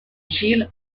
gil